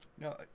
no